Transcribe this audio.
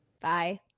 bye